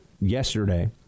yesterday